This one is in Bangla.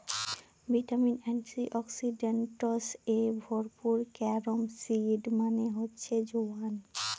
ভিটামিন, এন্টিঅক্সিডেন্টস এ ভরপুর ক্যারম সিড মানে হচ্ছে জোয়ান